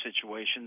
situations